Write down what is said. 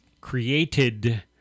created